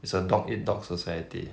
it's a dog eat dog society